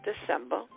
December